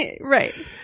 Right